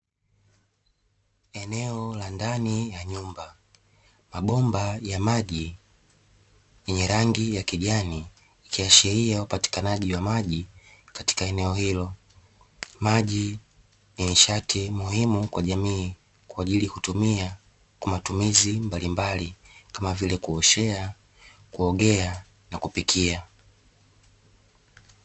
Eneo la ndani ya nyumba , mabomba ya kijani yakiashiria upatikanaji wa maji katika eneo hilo , maji ni nishati muhimu katika jamii kwaajili hutumika kwamatumizi mbalimbali kama vile kuoshea, kuogea na kupikia .